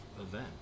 event